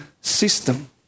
system